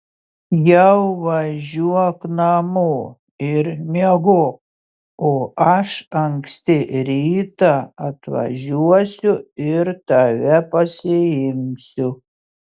jau važiuok namo ir miegok o aš anksti rytą atvažiuosiu ir tave pasiimsiu